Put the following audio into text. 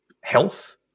health